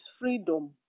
freedom